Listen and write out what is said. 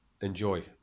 enjoy